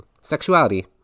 sexuality